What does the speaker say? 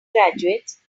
graduates